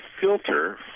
filter